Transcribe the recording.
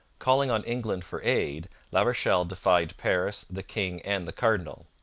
calling on england for aid, la rochelle defied paris, the king, and the cardinal.